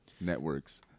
networks